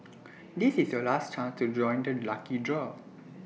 this is your last chance to join the lucky draw